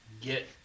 get